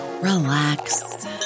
relax